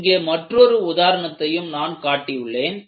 இங்கே மற்றொரு உதாரணத்தையும் நான் காட்டி உள்ளேன்